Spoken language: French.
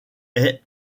est